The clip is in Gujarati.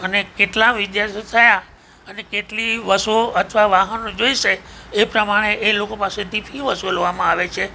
અને કેટલા વિદ્યાર્થીઓ થયા અને કેટલી બસો અથવા વાહનો જોઈશે એ પ્રમાણે એ લોકો પાસેથી ફી વસૂલવામાં આવે છે